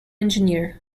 engineer